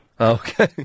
Okay